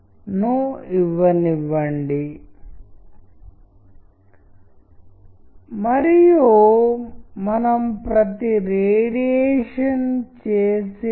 ఇప్పుడు నేను మీతో పంచుకున్నట్లుగా ఈ చర్చ ముగిసే సమయానికి టెక్స్ట్లు మరియు ఇమేజ్లు ఒకదానికొకటి కాంప్లిమెంటరీ మరియు అవి ఒకదానికొకటి ప్రభావితం చేయగలవు